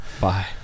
bye